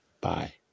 Bye